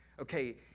okay